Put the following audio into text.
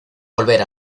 volver